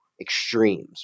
extremes